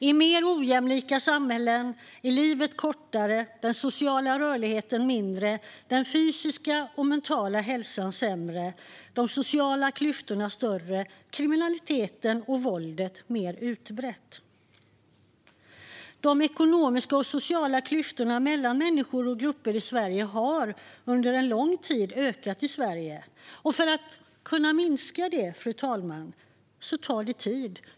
I mer ojämlika samhällen är livet kortare, den sociala rörligheten mindre, den fysiska och mentala hälsan sämre, de sociala klyftorna större och kriminaliteten och våldet mer utbrett. De ekonomiska och sociala klyftorna mellan människor och grupper i Sverige har under en lång tid ökat. Att minska dem tar tid.